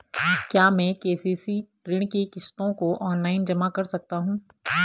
क्या मैं के.सी.सी ऋण की किश्तों को ऑनलाइन जमा कर सकता हूँ?